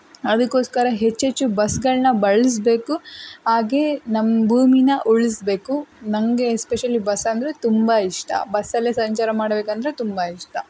ಅದಕ್ಕೋಸ್ಕರ ಹೆಚ್ಚೆಚ್ಚು ಬಸ್ಗಳನ್ನ ಬಳಸ್ಬೇಕು ಹಾಗೇ ನಮ್ಮ ಭೂಮಿನ ಉಳಿಸ್ಬೇಕು ನನಗೆ ಎಸ್ಪೆಷಲಿ ಬಸ್ಸಂದರೆ ತುಂಬ ಇಷ್ಟ ಬಸ್ಸಲ್ಲೇ ಸಂಚಾರ ಮಾಡಬೇಕಂದ್ರೆ ತುಂಬ ಇಷ್ಟ